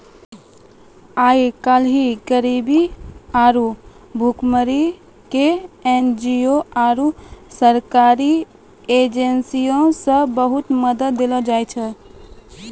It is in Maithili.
आइ काल्हि गरीबी आरु भुखमरी के एन.जी.ओ आरु सरकारी एजेंसीयो से बहुते मदत देलो जाय छै